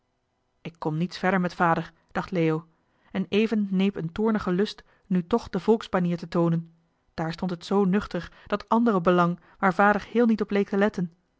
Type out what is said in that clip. ik kom niets verder met vader dacht leo en even neep een toornige lust nu toch de volksbanier te toonen daar stond het zoo nuchter dat andere belang waar vader heel niet op leek te letten